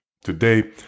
today